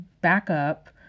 backup